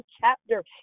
chapter